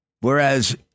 Whereas